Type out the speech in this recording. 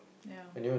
ya